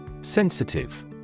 Sensitive